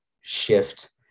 shift